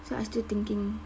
so I still thinking